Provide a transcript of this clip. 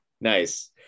nice